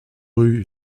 rue